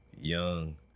young